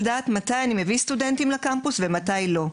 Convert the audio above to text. דעת מתי אני מביא סטודנטים לקמפוס ומתי לא.